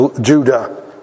Judah